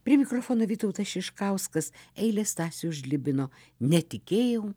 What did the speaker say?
prie mikrofono vytautas šiškauskas eilės stasio žlibino netikėjau